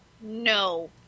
No